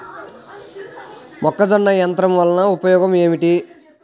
మొక్కజొన్న యంత్రం వలన ఉపయోగము ఏంటి?